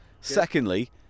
Secondly